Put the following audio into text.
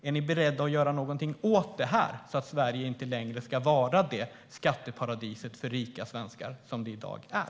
Är ni beredda att göra någonting åt det här, så att Sverige inte längre ska vara det skatteparadis för rika svenskar som det i dag är?